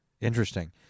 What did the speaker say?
Interesting